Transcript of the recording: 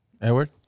Edward